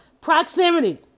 Proximity